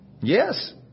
Yes